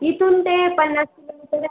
इथून ते पन्नास किलोमीटर आहे